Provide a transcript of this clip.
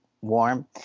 warm